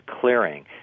clearing